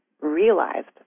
realized